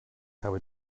habe